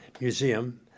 museum